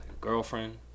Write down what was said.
girlfriend